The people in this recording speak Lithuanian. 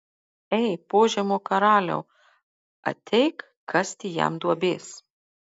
ei požemio karaliau ateik kasti jam duobės